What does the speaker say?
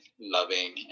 loving